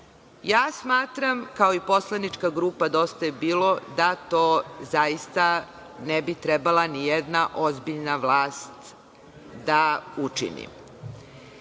Smatram, kao i poslanička grupa DJB da to zaista ne bi trebala ni jedna ozbiljna vlast da učini. Šta